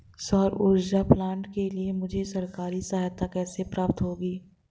सौर ऊर्जा प्लांट के लिए मुझे सरकारी सहायता कैसे प्राप्त होगी?